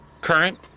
current